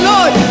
Lord